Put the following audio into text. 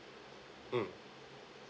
mm